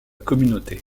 communauté